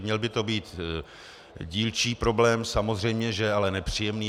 Měl by to být dílčí problém, samozřejmě že ale velmi nepříjemný.